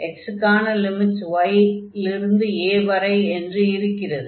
x க்கான limits y லிருந்து a வரை என்று இருக்கிறது